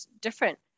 different